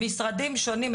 משרדים שונים,